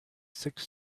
six